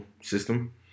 system